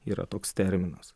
yra toks terminas